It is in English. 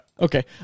Okay